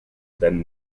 than